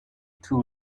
too